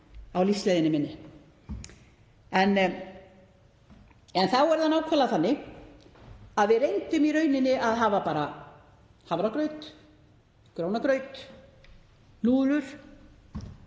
á lífsleiðinni minni, en þá er það nákvæmlega þannig að við reyndum í rauninni að hafa bara hafragraut, grjónagraut, núðlur.